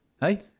Hey